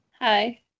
hi